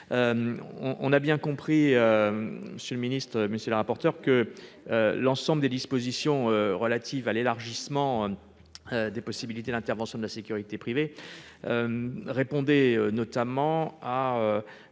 On l'a bien compris, monsieur le ministre, monsieur le rapporteur, l'ensemble des dispositions relatives à l'élargissement des possibilités d'intervention de la sécurité privée est censée